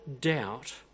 doubt